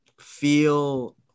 Feel